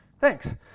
Thanks